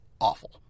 awful